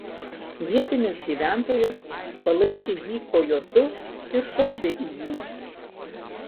vietinis gyventojas palaikė jį kojotu ir šovė į jį